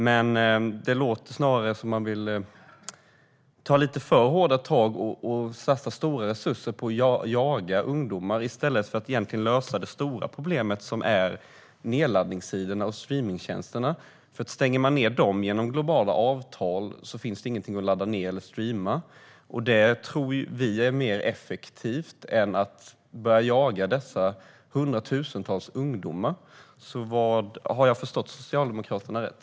Men det låter snarare som om ni vill ta lite för hårda tag och satsa stora resurser på att jaga ungdomar i stället för att lösa det stora problemet, som är nedladdningssidorna och streamningstjänsterna. Stänger man ned dem genom globala avtal finns det inget att ladda ned eller streama, och det tror vi är mer effektivt än att börja jaga dessa hundratusentals ungdomar. Har jag förstått Socialdemokraterna rätt?